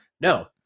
No